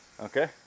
Okay